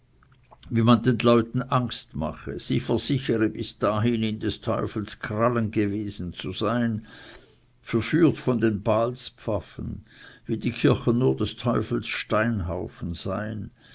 wie man den leuten angst mache sie versichere bis dahin in des teufels krallen gewesen zu sein verführt von den baalspfaffen wie die kirchen nur des teufels steinhaufen seien